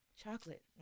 Chocolate